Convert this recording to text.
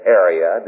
area